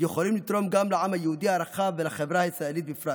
יכולים לתרום גם לעם היהודי הרחב ולחברה הישראלית בפרט.